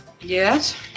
Yes